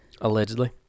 Allegedly